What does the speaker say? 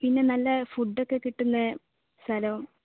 പിന്നെ നല്ല ഫുഡ് ഒക്കെ കിട്ടുന്ന സ്ഥലം